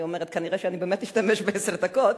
כנראה באמת אשתמש בעשר דקות.